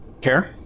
Care